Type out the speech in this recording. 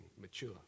mature